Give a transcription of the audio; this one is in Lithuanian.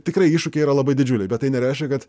tikrai iššūkiai yra labai didžiuliai bet tai nereiškia kad